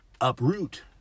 uproot